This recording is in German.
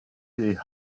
die